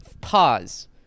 pause